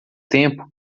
tempo